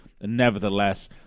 nevertheless